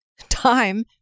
time